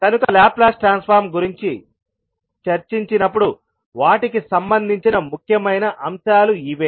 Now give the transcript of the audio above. కనుక Laplace transform గురించి చర్చించినప్పుడు వాటికి సంబంధించిన ముఖ్యమైన అంశాలు ఇవే